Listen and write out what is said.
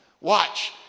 Watch